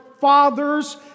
fathers